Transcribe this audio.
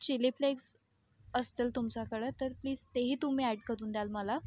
chilli flakes असतील तुमच्याकडे तर प्लीस तेही तुम्ही अॅड करून द्याल मला